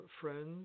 friends